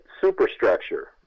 superstructure